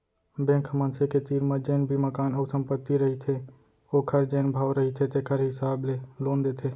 bank ह मनसे के तीर म जेन भी मकान अउ संपत्ति रहिथे ओखर जेन भाव रहिथे तेखर हिसाब ले लोन देथे